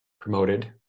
promoted